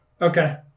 Okay